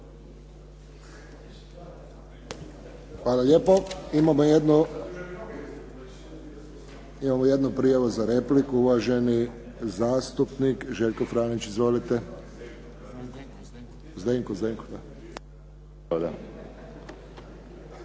Hvala lijepo. Imamo jednu prijavu za repliku, uvaženi zastupnik Željko Franić. Izvolite. Zdenko, Zdenko. Da.